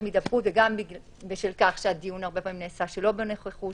מהידבקות וגם בשל כך שהרבה פעמים נעשה שלא בנוכחות.